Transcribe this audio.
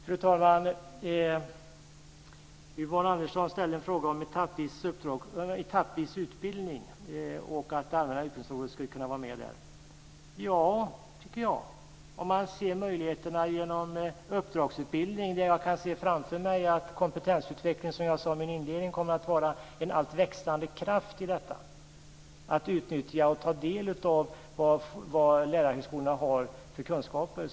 Fru talman! Yvonne Andersson ställde en fråga om etappvis utbildning och att andra utbildningsområden skulle kunna vara med där. Det tycker jag. Man kan se möjligheterna med uppdragsutbildning. Jag kan också se framför mig att kompetensutveckling, som jag sade i min inledning, kommer att vara en alltmer växande kraft i detta. Det gäller att utnyttja och ta del av vad lärarhögskolorna har för kunskaper.